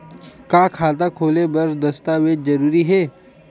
का खाता खोले बर दस्तावेज जरूरी हे?